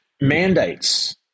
mandates